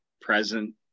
present